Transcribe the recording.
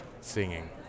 singing